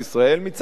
ומצד שני,